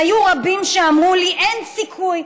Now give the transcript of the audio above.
היו רבים שאמרו לי: אין סיכוי.